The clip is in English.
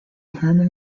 herman